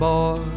Boy